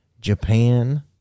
Japan